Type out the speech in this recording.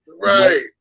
right